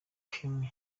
comey